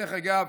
דרך אגב,